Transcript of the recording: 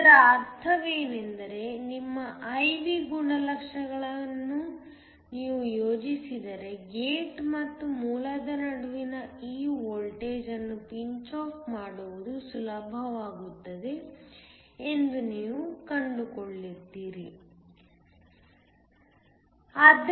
ಇದರ ಅರ್ಥವೇನೆಂದರೆ ನಿಮ್ಮ I V ಗುಣಲಕ್ಷಣಗಳನ್ನು ನೀವು ಯೋಜಿಸಿದರೆ ಗೇಟ್ ಮತ್ತು ಮೂಲದ ನಡುವಿನ ಈ ವೋಲ್ಟೇಜ್ ಅನ್ನು ಪಿಂಚ್ ಆಫ್ ಮಾಡುವುದು ಸುಲಭವಾಗುತ್ತದೆ ಎಂದು ನೀವು ಕಂಡುಕೊಳ್ಳುತ್ತೀರಿ